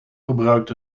gebruikt